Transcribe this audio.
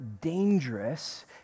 dangerous